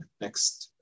next